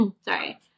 Sorry